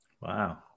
Wow